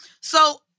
So-